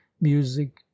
music